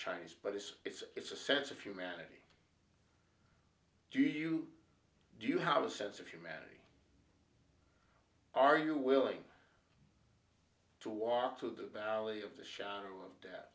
chinese but he says it's a sense of humanity do you do you have a sense of humanity are you willing to walk through the valley of the shadow of de